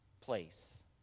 place